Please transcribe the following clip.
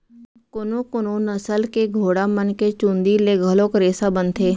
कोनो कोनो नसल के घोड़ा मन के चूंदी ले घलोक रेसा बनथे